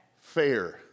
fair